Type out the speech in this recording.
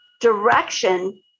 direction